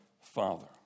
Father